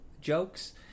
jokes